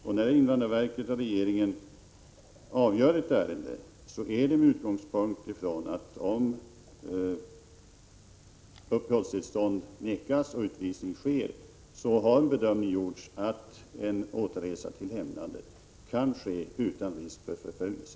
Om uppehållstillstånd vägras av invandrarverket resp. regeringen och utvisning sker har bedömningen gjorts att en återresa till hemlandet kan ske utan risk för förföljelse.